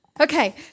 Okay